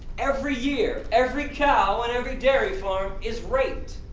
every year, every cow on every dairy farm is raped!